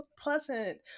pleasant